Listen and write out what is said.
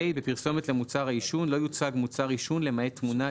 "(ה) בפרסומת למוצר העישוו לא יוצג מוצר עישון למעט תמונה,